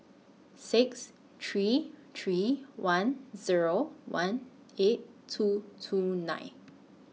six three three one Zero one eight two two nine